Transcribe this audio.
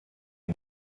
him